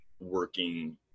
working